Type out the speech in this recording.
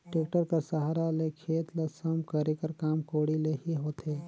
tractor कर सहारा ले खेत ल सम करे कर काम कोड़ी ले ही होथे